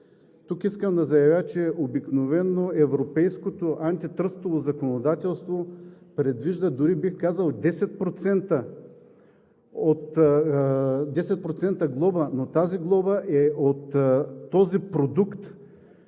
Тук искам да заявя, че обикновено европейското антитръстово законодателство предвижда дори 10% глоба, но тази глоба е от този продукт,